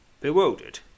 bewildered